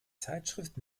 zeitschrift